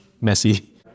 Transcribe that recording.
messy